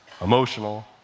Emotional